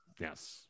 Yes